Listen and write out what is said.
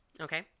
okay